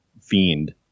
fiend